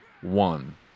one